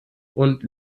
und